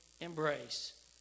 embrace